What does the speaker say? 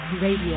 Radio